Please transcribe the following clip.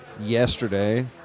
yesterday